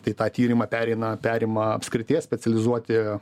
tai tą tyrimą pereina perima apskrities specializuoti